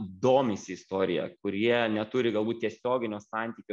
domisi istorija kurie neturi galbūt tiesioginio santykio